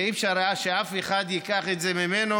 ואי-אפשר שאף אחד ייקח את זה ממנו.